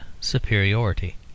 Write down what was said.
superiority